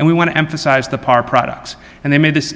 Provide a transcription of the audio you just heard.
and we want to emphasize the par products and they made this